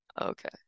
Okay